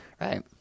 right